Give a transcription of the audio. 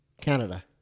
Canada